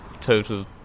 total